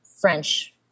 French